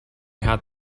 had